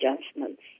adjustments